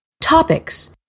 Topics